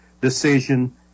decision